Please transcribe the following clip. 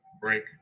break